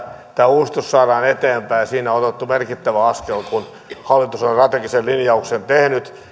tämä uudistus saadaan eteenpäin ja siinä on otettu merkittävä askel kun hallitus on strategisen linjauksen tehnyt